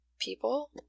people